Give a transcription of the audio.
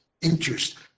interest